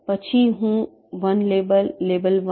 પછી હું 1 label label 1